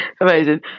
amazing